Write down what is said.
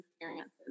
experiences